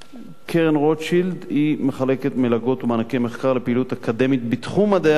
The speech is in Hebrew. קרן רוטשילד מחלקת מלגות ומענקי מחקר לפעילות אקדמית בתחום מדעי הרוח,